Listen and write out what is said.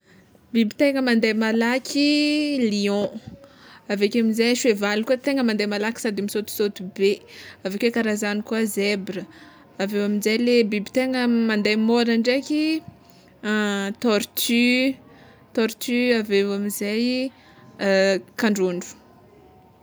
Biby tegna mande malaky lion, avekeo amizay sevaly koa tegna mande malaky sady misaotisaoty be, aveke kara zagny koa zebra, aveo aminjay le biby tegna mande môra ndraiky tortue, tortue aveo amizay kandrôndro.